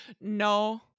no